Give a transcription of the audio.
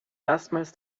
erstmals